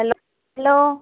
hello hello